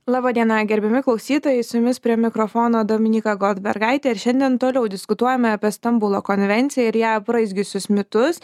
laba diena gerbiami klausytojai su jumis prie mikrofono dominyka goldbergaitė ir šiandien toliau diskutuojame apie stambulo konvenciją ir ją apraizgiusius mitus